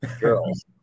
girls